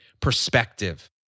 perspective